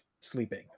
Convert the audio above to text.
sleeping